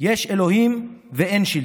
יש אלוהים ואין שלטון,